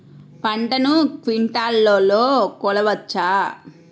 పంటను క్వింటాల్లలో కొలవచ్చా?